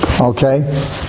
Okay